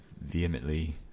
vehemently